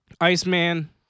Iceman